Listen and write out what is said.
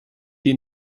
ihn